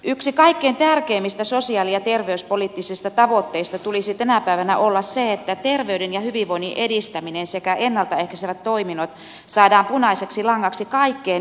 yksi kaikkein tärkeimmistä sosiaali ja terveyspoliittisista tavoitteista tulisi tänä päivänä olla se että terveyden ja hyvinvoinnin edistäminen sekä ennalta ehkäisevät toiminnot saadaan punaiseksi langaksi kaikkeen yhteiskunnan toimintaan